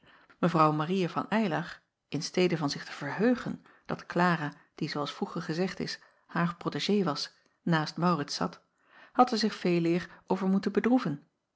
evrouw aria van ylar in stede van zich te verheugen dat lara die zoo als vroeger gezegd is haar protégée was naast aurits zat had er zich veeleer over moeten bedroeven